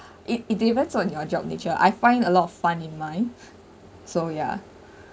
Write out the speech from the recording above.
it it depends on your job nature I find a lot of fun in mine so ya